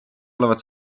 olevat